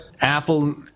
Apple